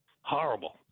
horrible